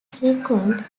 frequent